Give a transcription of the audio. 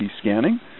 scanning